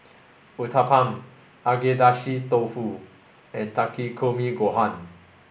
Uthapam Agedashi Dofu and Takikomi Gohan